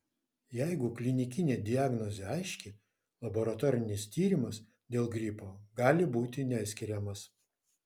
jeigu klinikinė diagnozė aiški laboratorinis tyrimas dėl gripo gali būti neskiriamas